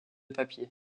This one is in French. papier